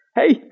hey